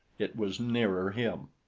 it was nearer him.